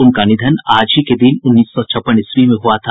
उनका निधन आज ही के दिन उन्नीस सौ छप्पन ईस्वी में हआ था